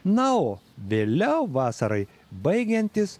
na o vėliau vasarai baigiantis